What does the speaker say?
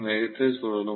வேகத்தில் சுழலும்